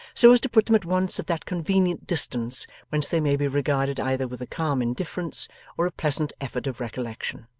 so as to put them at once at that convenient distance whence they may be regarded either with a calm indifference or a pleasant effort of recollection!